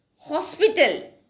hospital